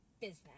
business